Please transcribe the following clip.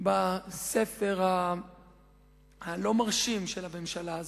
בספר הלא-מרשים של הממשלה הזאת,